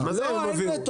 רק שאם ההנחות לא נכונות,